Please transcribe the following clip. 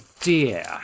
dear